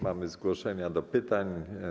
Mamy zgłoszenia do pytań.